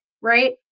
right